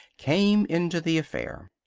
came into the affair.